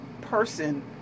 person